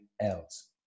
else